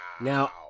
now